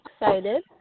excited